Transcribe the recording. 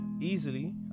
easily